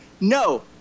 No